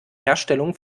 herstellung